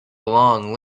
long